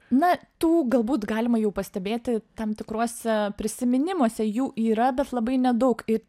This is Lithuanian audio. na tų galbūt galima jau pastebėti tam tikruose prisiminimuose jų yra bet labai nedaug ir